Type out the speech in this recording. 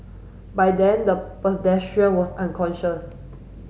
by then the pedestrian was unconscious